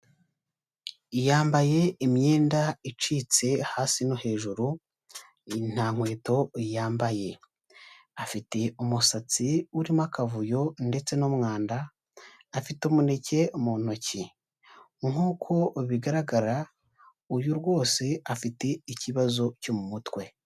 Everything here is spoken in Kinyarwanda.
Yambaye imyenda icitse hasi no hejuru, nta nkweto yambaye, afite umusatsi urimo akavuyo ndetse n'umwanda, afite umuneke mu ntoki nk'uko bigaragara uyu rwose afite ikibazo cyo mu mutwe.